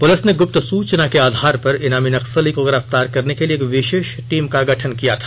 police ने गुप्त सूचना के आधार पर इनामी नक्सली को गिरफ्तार करने के लिए एक विशेष टीम का गठन किया था